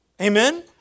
Amen